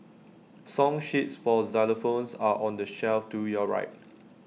song sheets for xylophones are on the shelf to your right